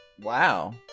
Wow